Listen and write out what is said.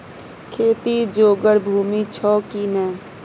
खेती जोगर भूमि छौ की नै?